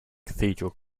cathedral